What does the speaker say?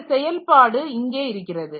இந்த செயல்பாடு இங்கே இருக்கிறது